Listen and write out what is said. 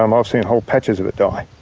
um i've seen whole patches of it die.